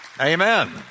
Amen